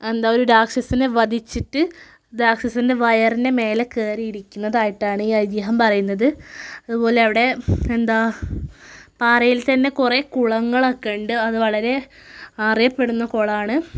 എന്താണ് ഒരു രാക്ഷസനെ വധിച്ചിട്ട് രാക്ഷസന്റെ വയറിന്റെ മേലെ കേറിയിരിക്കുന്നത് ആയിട്ടാണ് ഈ ഐതീഹ്യം പറയുന്നത് അതുപോലെ അവിടെ എന്താണ് പാറയില് തന്നെ കുറേ കുളങ്ങളൊക്കെ ഉണ്ട് അത് വളരെ അറിയപ്പെടുന്ന കുളമാണ്